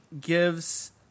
gives